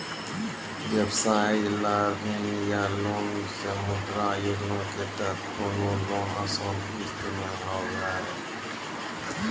व्यवसाय ला ऋण या लोन मे मुद्रा योजना के तहत कोनो लोन आसान किस्त मे हाव हाय?